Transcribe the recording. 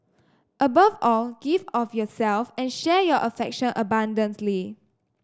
above all give of yourself and share your affection abundantly